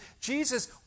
Jesus